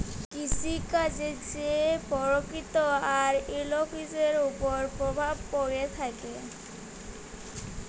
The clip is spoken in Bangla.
কিসিকাজের যে পরকিতি আর ইকোলোজির উপর পরভাব প্যড়ে থ্যাকে